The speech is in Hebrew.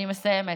אני מסיימת.